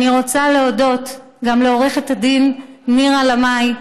אני רוצה להודות גם לעו"ד נירה לאמעי,